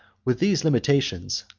with these limitations,